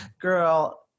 girl